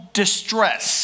distress